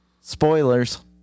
Spoilers